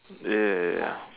ya ya ya ya